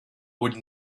would